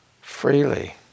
freely